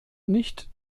nicht